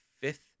fifth